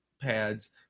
pads